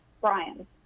brian